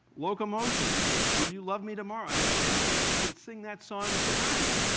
loco-motion, will will you love me tomorrow? i mean you can sing that song tonight.